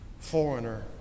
foreigner